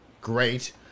great